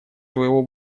своего